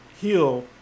heal